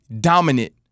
dominant